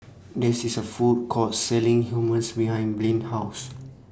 This IS A Food Court Selling Hummus behind Blain's House